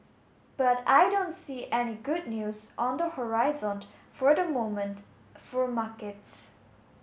but I don't see any good news on the horizon for the moment for markets